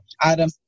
Adam